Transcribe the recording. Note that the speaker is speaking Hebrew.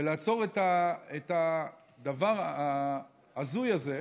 ולעצור את הדבר ההזוי הזה,